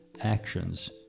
actions